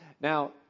Now